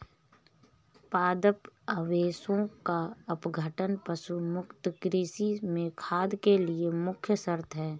पादप अवशेषों का अपघटन पशु मुक्त कृषि में खाद के लिए मुख्य शर्त है